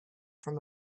from